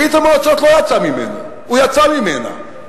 ברית-המועצות לא יצאה ממנו, הוא יצא ממנה.